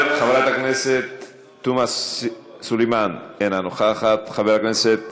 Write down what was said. חברת הכנסת תומא סלימאן, אינה נוכחת, חבר הכנסת